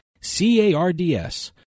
C-A-R-D-S